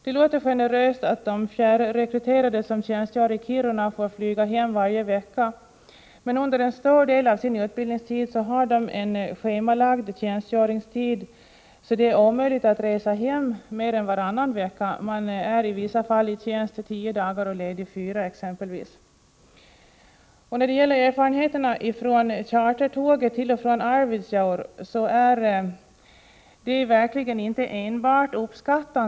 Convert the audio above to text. Det låter generöst att de fjärrekryterade som tjänstgör i Kiruna får flyga hem varje vecka, men under en stor del av sin utbildningstid har de en schemalagd tjänstgöring som medför att det är omöjligt att resa hem mer än varannan vecka. De är exempelvis i vissa fall i tjänst tio dagar och lediga fyra dagar. De värnpliktigas erfarenheter av chartertåget till och från Arvidsjaur är verkligen inte enbart positiva.